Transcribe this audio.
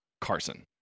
Carson